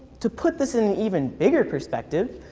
to put this in even bigger perspective,